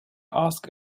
asked